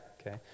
okay